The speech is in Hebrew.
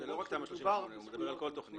-- זה לא רק תמ"א 38. הוא מדבר על כל תכנית.